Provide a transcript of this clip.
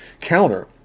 counter